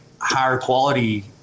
higher-quality